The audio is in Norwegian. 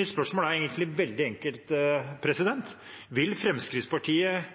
Mitt spørsmål er egentlig veldig enkelt: Vil Fremskrittspartiet